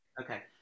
Okay